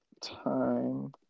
time